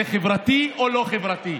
זה חברתי או לא חברתי?